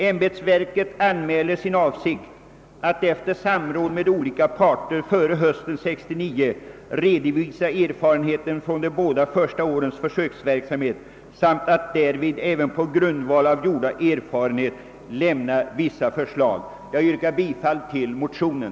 Ämbetsverket anmäler sin avsikt att efter samråd med olika parter före hösten 1969 redovisa erfarenheterna från de båda första årens försöksverksamhet samt att därvid även på grundval av gjorda erfarenheter lämna vissa förslag.» Jag yrkar bifall till motionen.